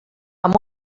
amb